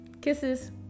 kisses